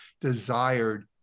desired